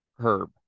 Herb